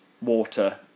water